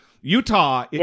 Utah